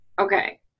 okay